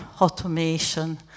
automation